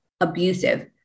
abusive